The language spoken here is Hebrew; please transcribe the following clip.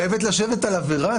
אז נבטל גם את עבירת הרצח?